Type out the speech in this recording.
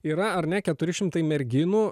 yra ar ne keturi šimtai merginų